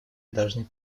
должны